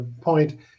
point